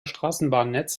straßenbahnnetz